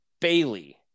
Bailey